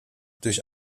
durch